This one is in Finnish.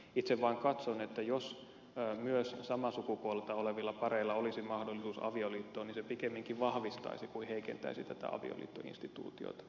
itse vaan katson että jos myös samaa sukupuolta olevilla pareilla olisi mahdollisuus avioliittoon niin se pikemminkin vahvistaisi kuin heikentäisi tätä avioliittoinstituutiota